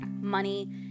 money